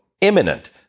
imminent